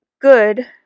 good